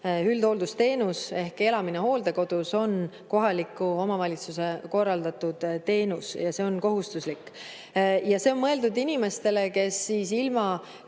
Üldhooldusteenus ehk elamine hooldekodus on kohaliku omavalitsuse korraldatud teenus ja see on kohustuslik. See on mõeldud inimestele, kelle